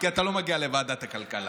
כי אתה לא מגיע לוועדת הכלכלה.